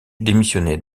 démissionner